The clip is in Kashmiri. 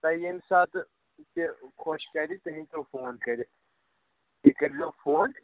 تۅہہِ ییٚمہِ ساتہٕ تہِ خۄش کَرِ تُہۍ ہیٚکِو فون کٔرِتھ تُہۍ کٔرۍزیٚو فون